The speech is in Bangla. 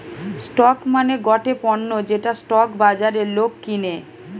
স্টক মানে গটে পণ্য যেটা স্টক বাজারে লোক কিনে